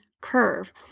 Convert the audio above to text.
curve